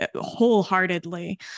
wholeheartedly